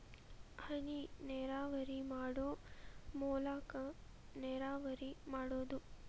ಹನಿನೇರಾವರಿ ಮಾಡು ಮೂಲಾಕಾ ನೇರಾವರಿ ಮಾಡುದು